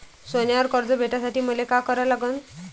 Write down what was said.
सोन्यावर कर्ज भेटासाठी मले का करा लागन?